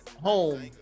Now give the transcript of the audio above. home